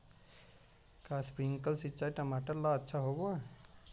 का स्प्रिंकलर सिंचाई टमाटर ला अच्छा होव हई?